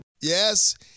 yes